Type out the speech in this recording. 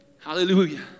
Hallelujah